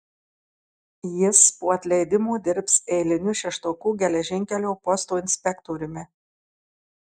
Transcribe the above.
jis po atleidimo dirbs eiliniu šeštokų geležinkelio posto inspektoriumi